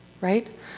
Right